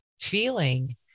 feeling